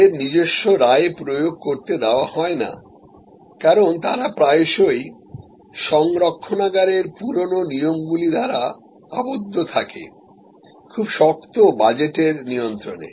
তাদের নিজস্ব রায় প্রয়োগ করতে দেওয়া হয় না কারণ তারা প্রায়শই সংরক্ষণাগারের পুরোনো নিয়মগুলি দ্বারা আবদ্ধ থাকে খুব শক্ত বাজেটের নিয়ন্ত্রণে